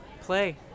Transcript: Play